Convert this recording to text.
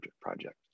project